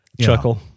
chuckle